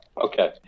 okay